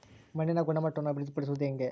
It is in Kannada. ಮಣ್ಣಿನ ಗುಣಮಟ್ಟವನ್ನು ಅಭಿವೃದ್ಧಿ ಪಡಿಸದು ಹೆಂಗೆ?